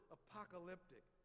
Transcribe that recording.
apocalyptic